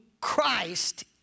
Christ